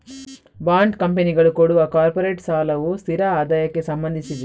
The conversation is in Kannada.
ಬಾಂಡ್ ಕಂಪನಿಗಳು ಕೊಡುವ ಕಾರ್ಪೊರೇಟ್ ಸಾಲವು ಸ್ಥಿರ ಆದಾಯಕ್ಕೆ ಸಂಬಂಧಿಸಿದೆ